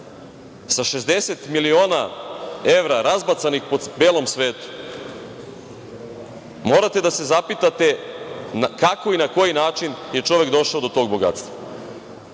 sa 60 miliona evra razbacanim po belom svetu morate da se zapitate kako i na koji način je čovek došao do tog bogatstva? Pričali